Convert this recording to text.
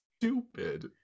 stupid